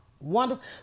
Wonderful